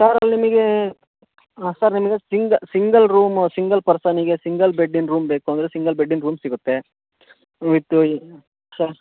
sir ಅಲ್ಲಿ ನಿಮಗೆ sir ನಿಮಗೆ ಸಿಂಗಲ್ ರೂಮ ಸಿಂಗಲ್ ಪರ್ಸನಿಗೆ ಸಿಂಗಲ್ ಬೆಡ್ಡಿನ ರೂಮ್ ಬೇಕು ಅಂದರೆ ಸಿಂಗಲ್ ಬೆಡ್ಡಿನ ರೂಮ್ ಸಿಗುತ್ತೆ ವಿತ್ತು ಈ ಸರ್